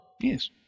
Yes